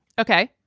ok?